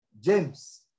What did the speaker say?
James